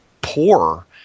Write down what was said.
poor